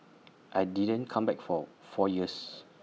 I didn't come back for four years